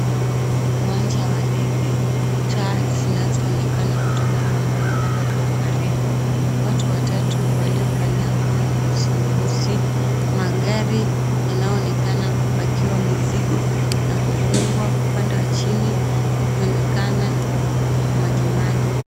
Uwanja wa ndege, taa zinazoonekana kutoka kwa umbali mpaka kwa ukaribu. Watu watatu waliovalia nguo nyeusi nyeusi. Magari yanayoonekana kupakiwa mizigo na kufungwa upande wa chini kukionekana majimaji.